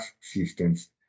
systems